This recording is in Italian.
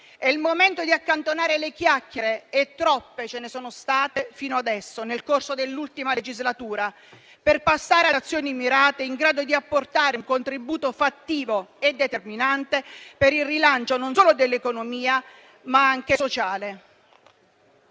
È il momento di accantonare le chiacchiere - e troppe ce ne sono state nel corso dell'ultima legislatura - per passare ad azioni mirate, in grado di apportare un contributo fattivo e determinante per il rilancio, non solo dell'economia, ma anche del